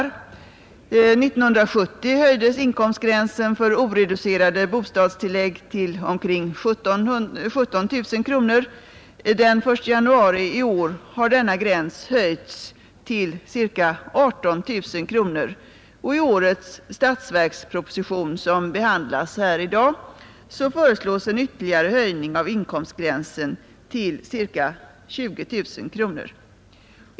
År 1970 höjdes inkomstgränsen för oreducerade bostadstillägg till omkring 17 000 kronor, den 1 januari i år har denna gräns höjts till ca 18 000 kronor, och i årets statsverksproposition, som behandlas här i dag, föreslås en ytterligare höjning av inkomstgränsen till ca 20 000 kronor.